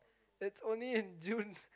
it's only June